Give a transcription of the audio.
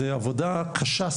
זו עבודה קשה,